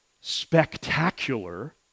spectacular